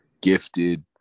Gifted